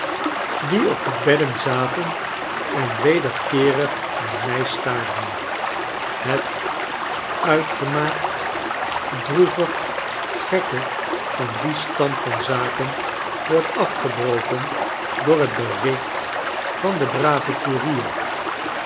die op de bedden zaten en wederkeerig naar mij staarden het uitgemaakt drqevig gekke van dien stand van zaken wordt afgebroken door het bericht van den braven koerier